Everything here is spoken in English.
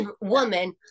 woman